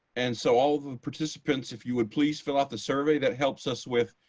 and so all the participants if you would please fill out the survey. that helps us with